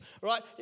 right